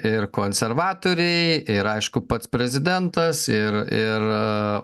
ir konservatoriai ir aišku pats prezidentas ir